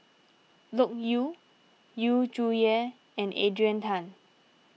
Loke Yew Yu Zhuye and Adrian Tan